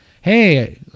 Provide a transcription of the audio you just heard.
Hey